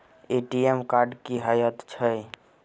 ATM card की हएत छै?